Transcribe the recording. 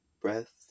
breath